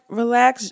relax